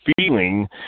feeling